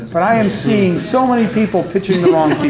but i am seeing so many people pitching the wrong